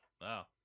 wow